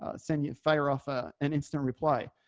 ah send you fire off ah an instant reply.